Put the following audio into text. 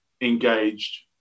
engaged